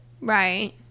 Right